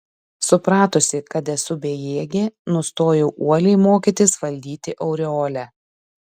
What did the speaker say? supratusi kad esu bejėgė nustojau uoliai mokytis valdyti aureolę